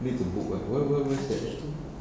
need to book [what] where where where where's that